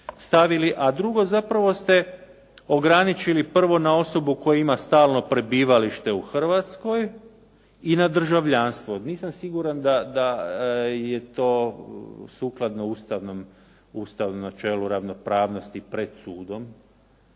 a drugo, zapravo ste ograničili prvo na osobu koja ima stalno prebivalište u Hrvatskoj i na državljanstvo. Nisam siguran da je to sukladno ustavnom načelu ravnopravnosti pred sudom